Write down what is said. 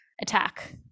attack